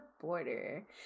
border